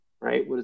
right